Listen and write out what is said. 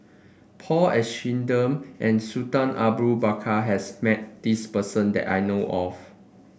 Paul Abisheganaden and Sultan Abu Bakar has met this person that I know of